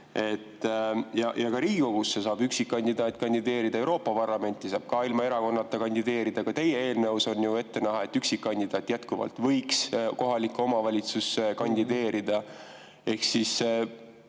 Ka Riigikogusse saab üksikkandidaat kandideerida, Euroopa Parlamenti saab ilma erakonnata kandideerida. Ka teie eelnõus on ju, et üksikkandidaat jätkuvalt võiks kohalikku omavalitsusse kandideerida.